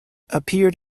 appeared